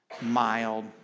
mild